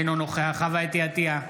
אינו נוכח חוה אתי עטייה,